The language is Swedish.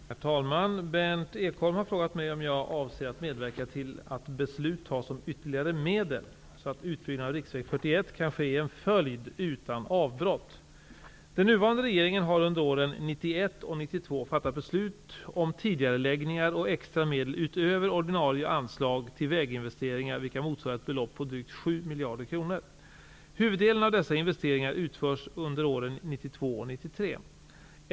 Herr talman! Berndt Ekholm har frågat mig om jag avser att medverka till att beslut tas om ytterligare medel, så att utbyggnaden av riksväg 41 kan ske i en följd utan avbrott. Den nuvarande regeringen har under åren 1991 och 1992 fattat beslut om tidigareläggningar och extra medel utöver ordinarie anslag till väginvesteringar, vilka motsvarar ett belopp om drygt 7 miljarder kronor. Huvuddelen av dessa investeringar utförs under åren 1992 och 1993.